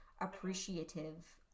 appreciative